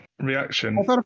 reaction